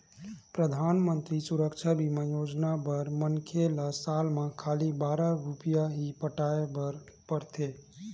परधानमंतरी सुरक्छा बीमा योजना बर मनखे ल साल म खाली बारह रूपिया ही पटाए बर परथे